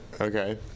Okay